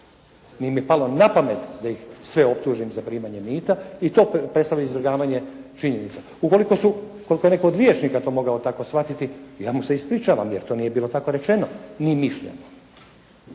Nije mi palo na pamet da ih sve optužim za primanje mita i to predstavlja izvrgavanje činjenica. Ukoliko su, ukoliko je netko od liječnika to mogao tako shvatiti, ja mu se ispričavam, jer to nije bilo tako rečeno ni mišljeno.